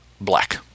black